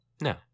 no